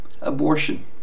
Abortion